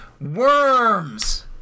Worms